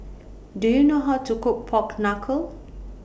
Do YOU know How to Cook Pork Knuckle